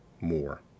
more